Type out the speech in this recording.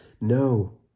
No